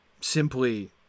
simply